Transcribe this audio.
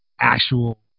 actual